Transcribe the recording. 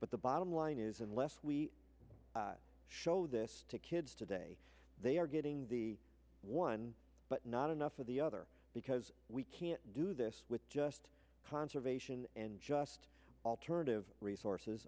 but the bottom line is unless we show this to kids today they are getting the one but not enough of the other because we can't do this with just conservation and just alternative resources